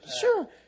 Sure